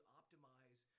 optimize